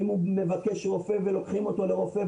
האם הוא מבקש רופא ולוקחים אותו לרופא.